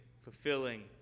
fulfilling